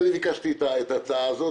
אני ביקשתי את ההצעה הזו,